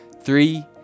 Three